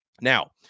Now